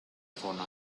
zona